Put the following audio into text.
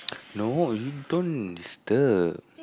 no you don't disturb